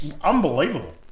unbelievable